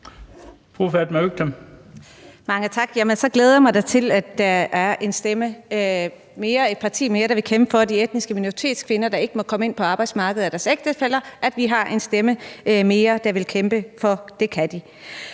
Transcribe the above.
Mange tak. Så glæder jeg mig da til, at der er en stemme mere, et parti mere, der vil kæmpe for, at de etniske minoritetskvinder, der ikke må komme ind på arbejdsmarkedet for deres ægtefæller, kan det. Her til sidst skal jeg